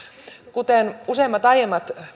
kuten useimmat aiemmat